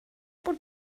bod